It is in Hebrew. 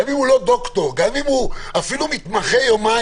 גם אם הוא מתמחה יומיים,